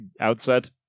outset